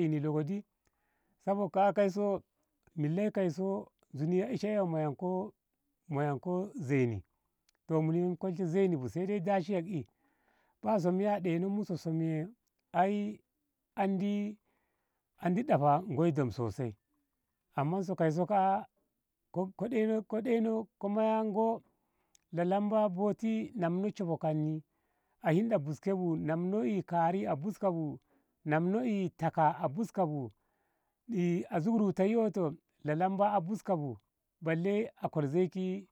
ini logdi sabok ka. a milla kaiso zuni ishe eiyo moyanko moyanko zeini toh muni mu kolshe zei bu kawai dashe yak. i baya som yiya ɗeinonmu som ai andi ɗafa ngoi dom sosai amma kaiso ka. a ko ɗeino ko moya ngo lalamba boti a namno shoho kanni a hinda buska bu a namno kari a buska bu namno taka a buska bu i a zuk ruta yoto lalamba a buska bu a buska bu balle a kol zei ki.